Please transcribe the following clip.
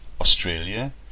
Australia